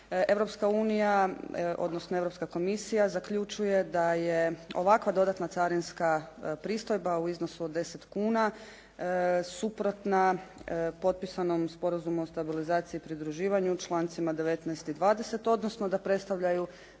Europska unija, odnosno Europska komisija zaključuje da je ovakva dodatna carinska pristojba u iznosu od 10 kuna suprotna potpisanom Sporazumu o stabilizaciji i pridruživanju člancima 19. i 20. odnosno da predstavljaju